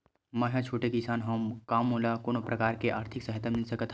मै ह छोटे किसान हंव का मोला कोनो प्रकार के आर्थिक सहायता मिल सकत हवय?